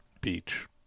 beach